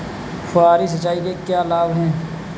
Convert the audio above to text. फुहारी सिंचाई के क्या लाभ हैं?